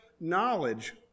knowledge